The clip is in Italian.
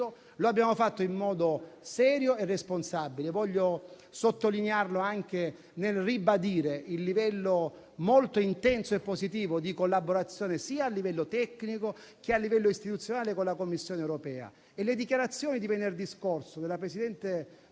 Lo abbiamo fatto in modo serio e responsabile. Voglio anche ribadire il livello molto intenso e positivo di collaborazione, sia a livello tecnico che istituzionale, con la Commissione europea. Le dichiarazioni di venerdì scorso, della presidente